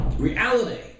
reality